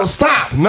stop